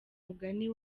mugani